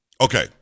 Okay